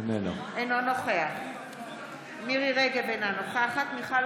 אינו נוכח מירי מרים רגב, אינה נוכחת מיכל